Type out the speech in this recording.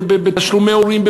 בתשלומי הורים,